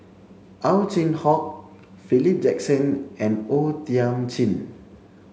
Ow Chin Hock Philip Jackson and O Thiam Chin